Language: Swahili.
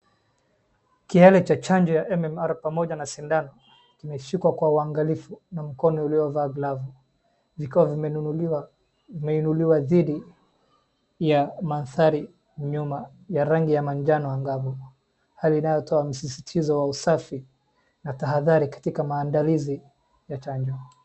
Kiale cha chanjo ya MMR pamoja na sindano kimeshikwa kwa uangalifu na mkono uliovaa glavu, vikiwa vimeinuliwa dhidi ya mandhari ya nyuma ya rangi ya manjano angavu. Hali inayotoa msisitizo wa usafi na tahadhari katika maandalizi ya chanjo.